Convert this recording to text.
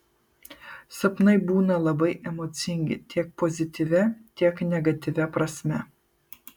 sapnai būna labai emocingi tiek pozityvia tiek negatyvia prasme